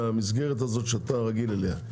מהמסגרת הזאת שאתה רגיל אליה.